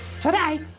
Today